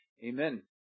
Amen